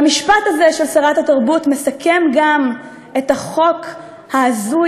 והמשפט הזה של שרת התרבות מסכם גם את החוק ההזוי,